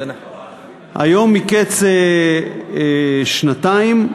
היום, מקץ שנתיים,